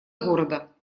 города